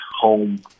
home